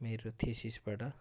मेरो थेसिसबाट